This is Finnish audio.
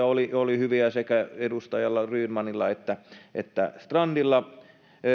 oli oli hyviä loppujuontoja sekä edustaja rydmanilla että että edustaja strandilla